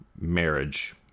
marriage